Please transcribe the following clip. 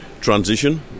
transition